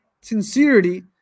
sincerity